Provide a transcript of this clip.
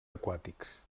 aquàtics